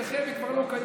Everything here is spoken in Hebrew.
אצלכם היא כבר לא קיימת.